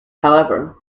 however